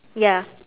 ya